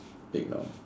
ignore